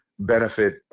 benefit